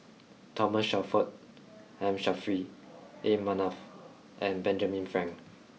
Thomas Shelford M Saffri A Manaf and Benjamin Frank